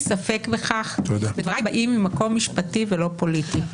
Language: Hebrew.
ספק בכך ודבריי באים ממקום משפטי ולא פוליטי.